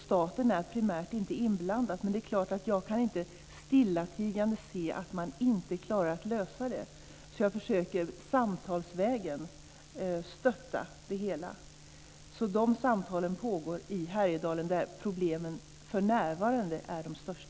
Staten är primärt inte inblandad, men jag kan naturligtvis inte stillatigande se att man inte klarar av att lösa det. Jag försöker alltså samtalsvägen stötta det hela. Dessa samtal pågår alltså i Härjedalen, där problemen för närvarande är störst.